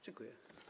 Dziękuję.